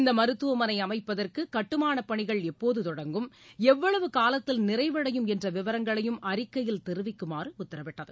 இந்த மருத்துவமனை அமைப்பதற்கு கட்டுமானப் பணிகள் எப்போது தொடங்கும் எவ்வளவு காலத்தில் நிறைவடையும் என்ற விவரங்களையும் அறிக்கையில் தெரிவிக்குமாறு உத்தரவிட்டது